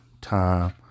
time